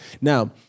Now